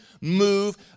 move